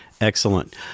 Excellent